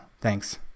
Thanks